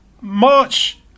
March